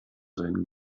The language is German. sein